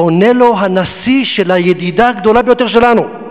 ועונה לו הנשיא של הידידה הגדולה ביותר שלנו: